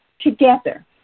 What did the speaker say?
together